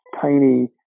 tiny